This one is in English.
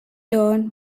dern